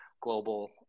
global